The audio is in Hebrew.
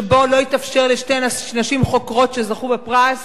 שבו לא התאפשר לשתי נשים חוקרות שזכו בפרס